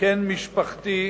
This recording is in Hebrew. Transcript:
קן משפחתי,